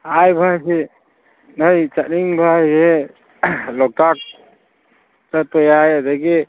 ꯍꯥꯏꯕ ꯍꯥꯏꯁꯦ ꯅꯣꯏ ꯆꯠꯅꯤꯡꯕ ꯍꯥꯏꯁꯦ ꯂꯣꯛꯇꯥꯛ ꯆꯠꯄ ꯌꯥꯏ ꯑꯗꯒꯤ